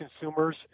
consumers